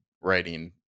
writing